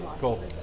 Cool